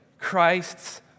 Christ's